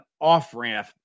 Off-Ramp